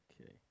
Okay